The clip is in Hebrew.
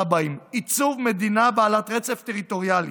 הבאים: עיצוב מדינה בעלת רצף טריטוריאלי,